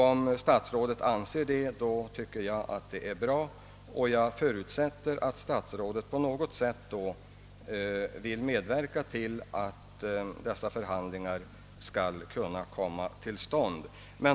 Om så är fallet är det bra, och jag förutsätter då att statsrådet på något vis vill medverka till att dessa förhandlingar kan komma till stånd.